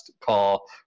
call